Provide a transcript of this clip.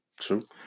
True